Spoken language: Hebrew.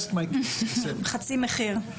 חצי מחיר.